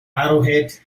arrowhead